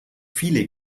viele